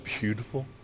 beautiful